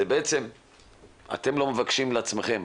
בעצם אתם לא מבקשים לעצמכם,